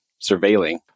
surveilling